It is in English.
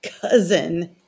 cousin